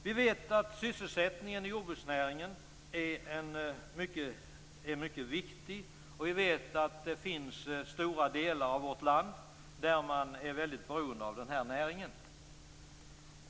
Vi vet att sysselsättningen i jordbruksnäringen är mycket viktig och att man i stora delar av vårt land är väldigt beroende av denna näring.